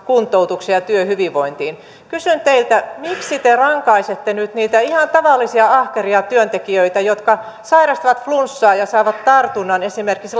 kuntoutukseen ja työhyvinvointiin kysyn teiltä miksi te rankaisette nyt niitä ihan tavallisia ahkeria työntekijöitä jotka sairastavat flunssaa ja saavat tartunnan esimerkiksi